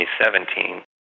2017